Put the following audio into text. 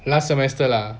last semester lah